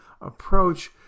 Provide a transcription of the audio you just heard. approach